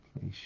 Please